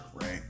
right